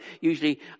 usually